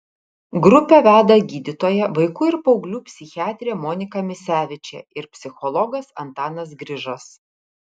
grupę veda gydytoja vaikų ir paauglių psichiatrė monika misevičė ir psichologas antanas grižas